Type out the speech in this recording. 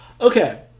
Okay